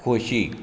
खोशी